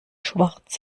schwarz